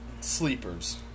Sleepers